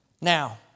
Now